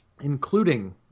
including